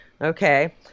Okay